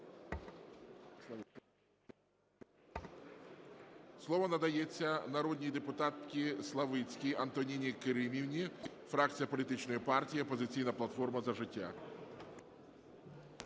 Слово надається народній депутатці Славицькій Антоніні Керимівні, фракція політичної партії "Опозиційна платформа – За життя".